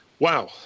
Wow